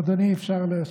אדוני, אפשר להשקיט?